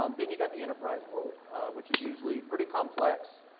um then you got the enterprise world which is usually pretty complex,